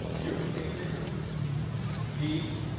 you're the king of the earth. eve,